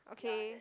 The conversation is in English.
okay